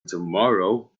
tomorrow